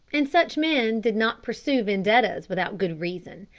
and such men did not pursue vendettas without good reason.